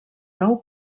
nou